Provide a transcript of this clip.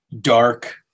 dark